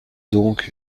donc